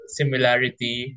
similarity